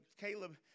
Caleb